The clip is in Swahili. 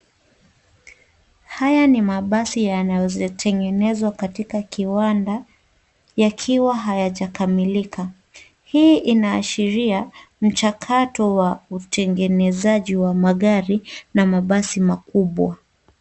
Haya ni mabasi yanayotengenezwa katika kiwanda yakiwa hayajakamilika. Hii inaashiria mchakato wa utengenezaji wa magari na mabasi makubwa.